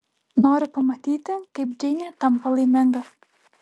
noriu pamatyti kaip džeinė tampa laiminga